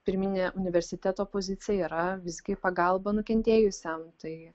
pirminė universiteto pozicija yra visgi pagalba nukentėjusiam tai